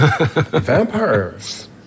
Vampires